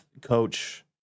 Coach